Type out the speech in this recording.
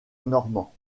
normand